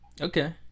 Okay